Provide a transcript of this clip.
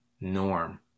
norm